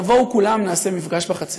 תבואו כולם, נעשה מפגש בחצר.